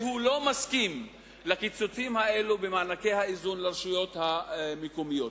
לא מסכים לקיצוצים האלו במענקי האיזון לרשויות המקומיות.